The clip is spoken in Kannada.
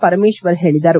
ಪರಮೇಶ್ವರ್ ಹೇಳಿದರು